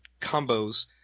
combos